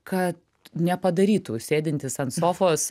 kad nepadarytų sėdintis ant sofos